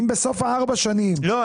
אם בסוף ארבע השנים --- לא,